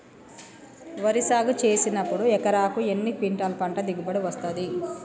వరి సాగు చేసినప్పుడు ఎకరాకు ఎన్ని క్వింటాలు పంట దిగుబడి వస్తది?